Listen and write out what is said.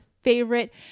Favorite